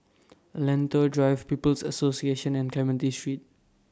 Lentor Drive People's Association and Clementi Street